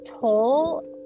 toll